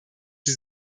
sie